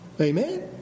Amen